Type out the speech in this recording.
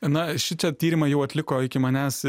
na šičia tyrimą jau atliko iki manęs